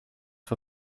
for